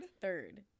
Third